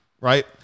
right